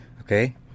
okay